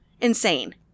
Insane